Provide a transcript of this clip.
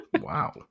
Wow